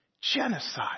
genocide